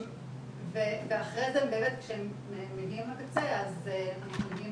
ואחרי זה כשהם מגיעים לקצה אז אנחנו מגיעים